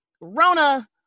Rona